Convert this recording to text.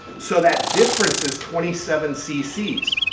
so, that difference is twenty seven cc's.